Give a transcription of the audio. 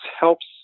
helps